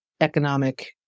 economic